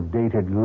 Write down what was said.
dated